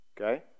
Okay